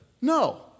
No